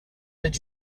did